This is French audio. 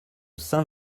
saint